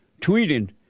tweeting